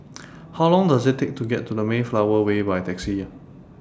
How Long Does IT Take to get to Mayflower Way By Taxi